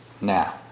now